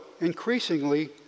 increasingly